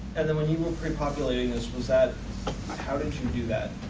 and then when you were repopulating this was that how did you do that?